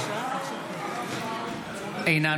אינו נוכח ישראל אייכלר,